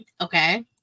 Okay